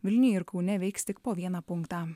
vilniuje ir kaune veiks tik po vieną punktą